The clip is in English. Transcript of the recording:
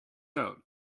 out